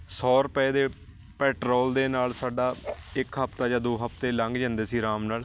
ਸੌ ਰੁਪਏ ਦੇ ਪੈਟਰੋਲ ਦੇ ਨਾਲ ਸਾਡਾ ਇੱਕ ਹਫਤਾ ਜਾਂ ਦੋ ਹਫਤੇ ਲੰਘ ਜਾਂਦੇ ਸੀ ਆਰਾਮ ਨਾਲ